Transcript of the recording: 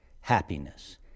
happiness